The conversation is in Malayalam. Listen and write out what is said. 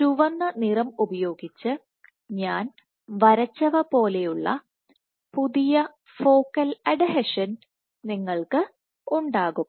ചുവന്ന നിറം ഉപയോഗിച്ച് ഞാൻ വരച്ചവ പോലെയുള്ള പുതിയ ഫോക്കൽ അഡ്ഹീഷൻ നിങ്ങൾക്ക് ഉണ്ടാകും